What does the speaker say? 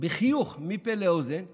בחיוך מאוזן לאוזן: